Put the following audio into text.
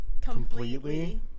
Completely